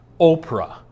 Oprah